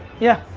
yeah.